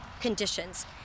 conditions